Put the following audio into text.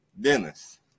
Dennis